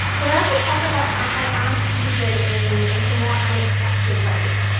but i also talk about ah how amp can be good in in some more unexpected ways.